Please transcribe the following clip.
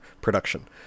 production